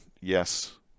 Yes